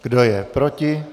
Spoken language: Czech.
Kdo je proti?